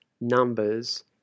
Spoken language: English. numbers